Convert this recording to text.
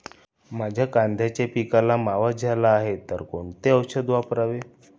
माझ्या कांद्याच्या पिकाला मावा झाला आहे तर कोणते औषध वापरावे?